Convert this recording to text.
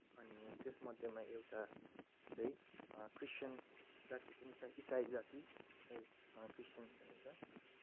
अनि त्यसमध्येमा एउटा चाहिँ क्रिस्टियन जाति पनि छ इसाई जाति जसलाई क्रिस्टियन भनिन्छ